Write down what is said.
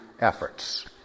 efforts